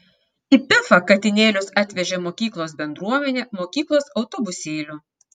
į pifą katinėlius atvežė mokyklos bendruomenė mokyklos autobusėliu